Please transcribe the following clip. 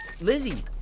Lizzie